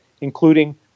including